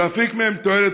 להפיק מהם תועלת,